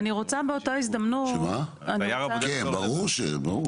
כן, ברור.